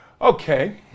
Okay